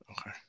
Okay